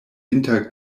inter